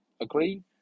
agree